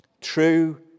True